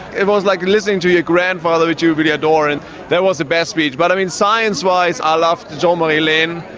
it was like listening to your grandfather which you really and and that was the best speech. but i mean science-wise i loved jean-marie lehn.